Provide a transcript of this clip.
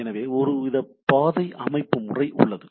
எனவே ஒருவித பாதை அமைப்பு முறை உள்ளது